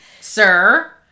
sir